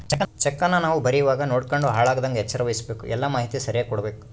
ಚೆಕ್ಕನ್ನ ನಾವು ಬರೀವಾಗ ನೋಡ್ಯಂಡು ಹಾಳಾಗದಂಗ ಎಚ್ಚರ ವಹಿಸ್ಭಕು, ಎಲ್ಲಾ ಮಾಹಿತಿ ಸರಿಯಾಗಿ ಕೊಡ್ಬಕು